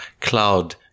cloud